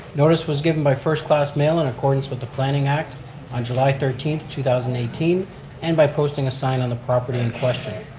notice was given by first-class mail in accordance with the planning act on july thirteen, two thousand and and by posting a sign on the property in question.